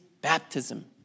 baptism